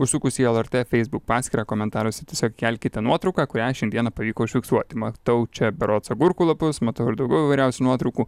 užsukus į lrt facebook paskyrą komentaruose tiesiog įkelkite nuotrauką kurią šiandieną pavyko užfiksuoti matau čia berods agurkų lapus matau ir daugiau įvairiausių nuotraukų